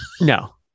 No